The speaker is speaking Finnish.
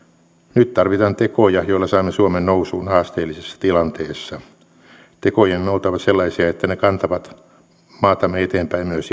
nyt tarvitaan tekoja joilla saamme suomen nousuun haasteellisessa tilanteessa tekojen on oltava sellaisia että ne kantavat maatamme eteenpäin myös